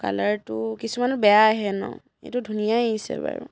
কালাৰটো কিছুমানৰ বেয়া আহে ন এইটো ধুনীয়াই আহিছে বাৰু